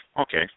Okay